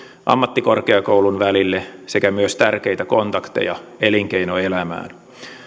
ammattikorkeakoulun välille sekä myös tärkeitä kontakteja elinkeinoelämään